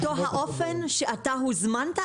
בדיוק באותו האופן שאתה הוזמנת,